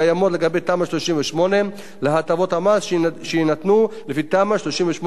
תמ"א 38 להטבות המס שיינתנו לפי תמ"א 38/2,